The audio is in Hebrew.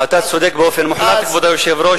אתה צודק באופן מוחלט, כבוד היושב-ראש.